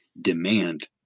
demand